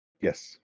Yes